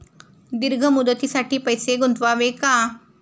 दीर्घ मुदतीसाठी पैसे गुंतवावे का?